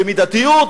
במידתיות,